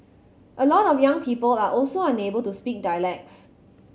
a lot of young people are also unable to speak dialects